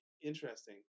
interesting